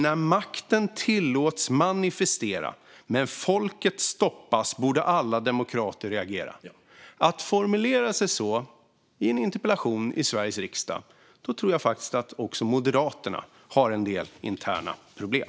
Men om man i en interpellation i Sveriges riksdag säger att makten tillåts göra en manifestation medan folket stoppas och att alla demokrater då borde reagera har, tror jag, även Moderaterna en del interna problem.